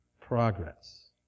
progress